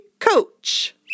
Coach